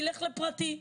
יילך לפרטי,